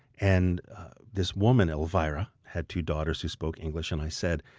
and this woman elvira had two daughters who spoke english, and i said,